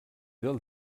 del